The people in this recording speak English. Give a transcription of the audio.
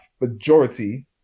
majority